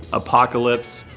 apocalypse.